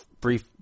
brief